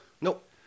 Nope